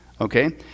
okay